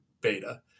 beta